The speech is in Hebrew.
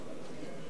בבקשה,